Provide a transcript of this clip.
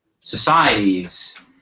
societies